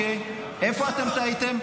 אוקיי, איפה אתם טעיתם?